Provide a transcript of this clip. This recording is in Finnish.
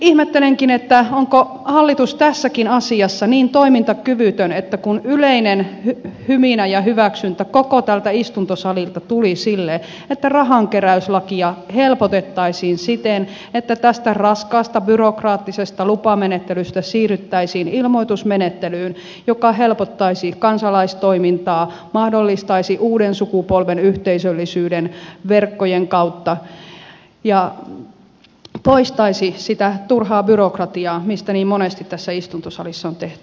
ihmettelenkin onko hallitus tässäkin asiassa niin toimintakyvytön kun yleinen hyminä ja hyväksyntä koko tältä istuntosalilta tuli sille että rahankeräyslakia helpotettaisiin siten että tästä raskaasta byrokraattisesta lupamenettelystä siirryttäisiin ilmoitusmenettelyyn joka helpottaisi kansalaistoimintaa mahdollistaisi uuden sukupolven yhteisöllisyyden verkkojen kautta ja poistaisi sitä turhaa byrokratiaa mitä niin monesti tässä istuntosalissa on tehty